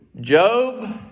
Job